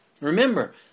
Remember